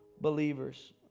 believers